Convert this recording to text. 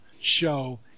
show